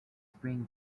spring